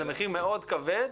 זה מחיר מאוד כבד,